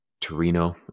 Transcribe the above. Torino